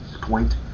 point